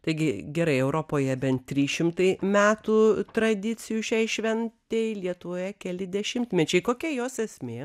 taigi gerai europoje bent trys šimtai metų tradicijų šiai šventei lietuvoje keli dešimtmečiai kokia jos esmė